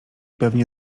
pewnie